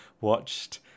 watched